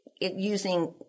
using